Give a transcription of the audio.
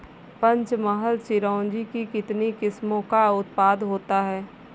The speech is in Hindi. पंचमहल चिरौंजी की कितनी किस्मों का उत्पादन होता है?